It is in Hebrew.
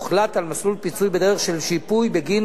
הוחלט על מסלול פיצוי בדרך של שיפוי בגין